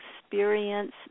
experience